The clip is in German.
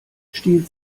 stiehlt